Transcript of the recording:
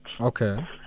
Okay